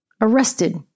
arrested